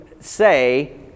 say